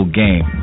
game